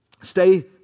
Stay